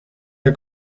der